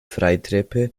freitreppe